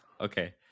Okay